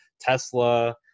Tesla